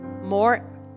More